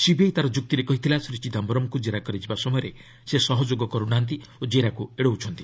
CBI ତା'ର ଯୁକ୍ତିରେ କହିଥିଲା ଶ୍ରୀ ଚିଦାୟରମଙ୍କୁ ଜେରା କରାଯିବା ସମୟରେ ସେ ସହଯୋଗ କରୁନାହାନ୍ତି ଓ ଜେରାକୁ ଏଡାଉଛନ୍ତି